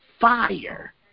fire